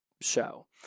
show